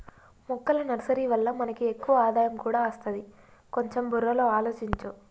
మొక్కల నర్సరీ వల్ల మనకి ఎక్కువ ఆదాయం కూడా అస్తది, కొంచెం బుర్రలో ఆలోచించు